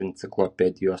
enciklopedijos